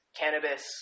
cannabis